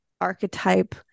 archetype